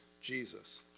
Jesus